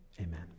amen